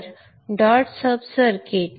तर dot sub circuit